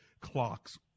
clocks